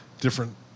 different